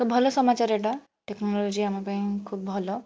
ଭଲ ସମାଚାର ଏଇଟା ଟେକ୍ନୋଲୋଜି ଆମ ପାଇଁ ଖୁବ ଭଲ